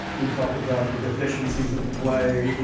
you talk about the deficiencies of the play,